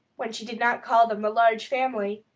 when she did not call them the large family.